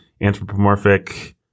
anthropomorphic